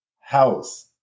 house